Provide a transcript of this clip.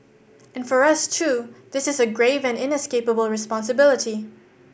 and for us too this is a grave and inescapable responsibility